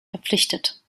verpflichtet